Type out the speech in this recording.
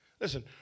Listen